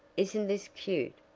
isn't this cute?